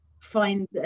find